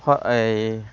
এই